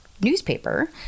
newspaper